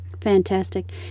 Fantastic